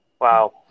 Wow